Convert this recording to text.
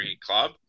Club